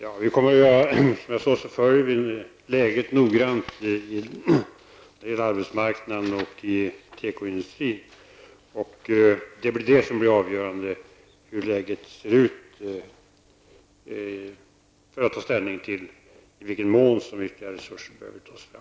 Herr talman! Som jag sade följer vi läget på arbetsmarknaden mycket noga, och det gäller då också tekoindustrin. Hur läget ser ut kommer att bli avgörande för ställningstagandet till i vilken mån ytterligare resurser behöver tas fram.